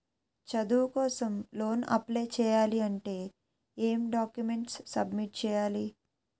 చదువు కోసం loan apply చేయాలి అంటే ఎం డాక్యుమెంట్స్ సబ్మిట్ చేయాలి?